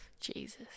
Jesus